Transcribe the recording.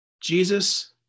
Jesus